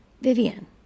Vivian